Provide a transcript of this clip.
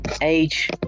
Age